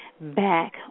back